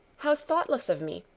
how thoughtless of me.